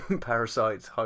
Parasites